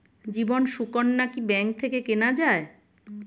জীবন সুকন্যা কি ব্যাংক থেকে কেনা যায়?